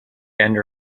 hand